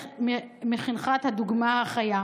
מחנכת הדוגמה החיה,